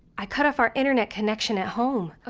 i cut off our internet connection at home. ah